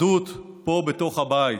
אחדות פה, בתוך הבית.